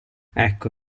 ecco